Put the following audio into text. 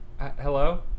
Hello